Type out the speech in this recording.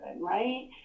right